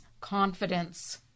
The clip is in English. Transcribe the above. Confidence